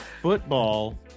Football